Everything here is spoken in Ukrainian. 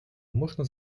можна